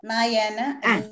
Nayana